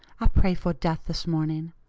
i pray for death this morning.